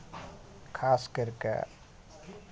खास करि कऽ